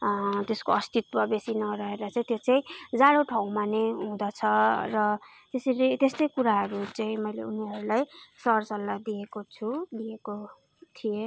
त्यसको अस्तित्व बेसी नरहेर चाहिँ त्यो चाहिँ जाडो ठाउँमा नै हुँदछ र त्यसरी त्यस्तै कुराहरू चाहिँ मैले उनीहरूलाई सर सल्लाह दिएको छु दिएको थिएँ